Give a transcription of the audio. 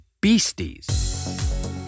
beasties